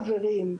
חברים,